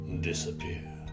disappear